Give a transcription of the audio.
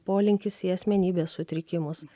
polinkis į asmenybės sutrikimus